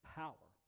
power